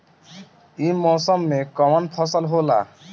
ई मौसम में कवन फसल होला?